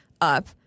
up